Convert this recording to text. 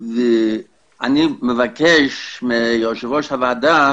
אני מבקש מיושב-ראש הוועדה